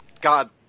God